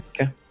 Okay